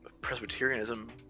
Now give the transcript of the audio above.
Presbyterianism